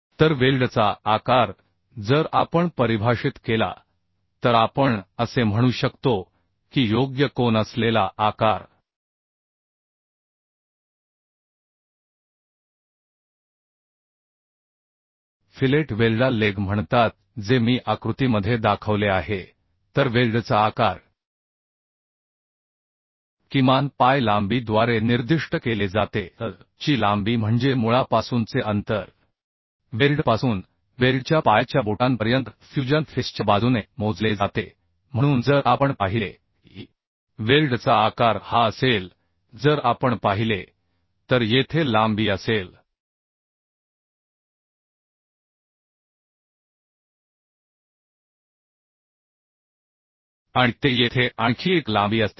तर वेल्डचा आकार जर आपण परिभाषित केला तर आपण असे म्हणू शकतो की योग्य कोन असलेला आकार फिलेट वेल्डला लेग म्हणतात जे मी आकृतीमध्ये दाखवले आहे तर वेल्डचा आकार किमान पाय लांबीद्वारे निर्दिष्ट केले जाते te ची लांबी म्हणजे मुळापासूनचे अंतर वेल्डपासून वेल्डच्या पायाच्या बोटांपर्यंत फ्यूजन फेसच्या बाजूने मोजले जाते म्हणून जर आपण पाहिले की वेल्डचा आकार हा असेल जर आपण पाहिले तर येथे लांबी असेल आणि ते येथे आणखी एक लांबी असतील